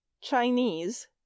Chinese